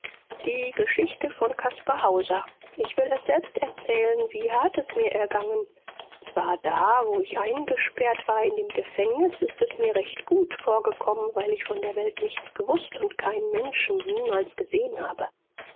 die geschichte von caspar hauser ich will es selbst erzählen wie hart es mir ergangen zwar da wo ich eingesperrt war in dem gefängnis ist es mir recht gut vorgekommen weil ich von der welt nichts gewußt und keinen menschen niemals gesehen habe